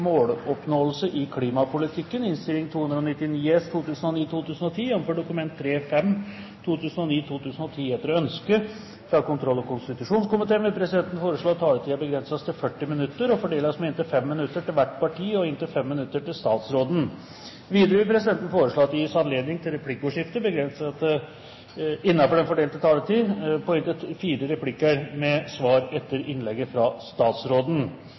vil presidenten foreslå at taletiden begrenses til 40 minutter og fordeles med inntil 5 minutter til hvert parti og inntil 5 minutter til statsråden. Videre vil presidenten foreslå at det gis anledning til replikkordskifte på inntil fire replikker med svar etter innlegget fra statsråden